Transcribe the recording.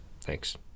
Thanks